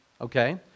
okay